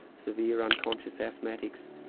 severe unconscious asthmatics,